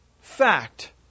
fact